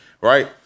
right